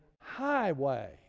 highway